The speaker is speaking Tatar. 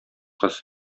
кыз